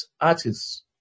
artists